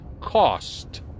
cost